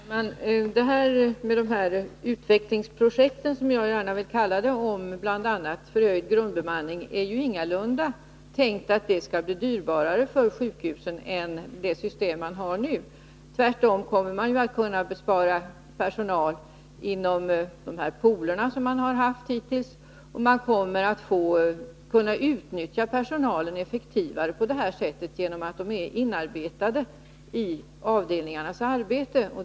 Herr talman! Det är ingalunda tänkt att utvecklingsprojekten, som jag gärna vill kalla dem, med ökad grundbemanning skall bli dyrare för sjukhusen än det system man nu har. Tvärtom kommer man att kunna spara in personal inom de pooler man hittills haft. Man kommer att kunna utnyttja personalen effektivare genom att den är inarbetad på resp. avdelnings arbete.